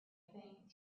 think